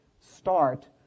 start